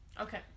Okay